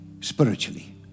spiritually